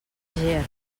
ger